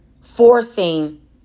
forcing